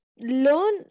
learn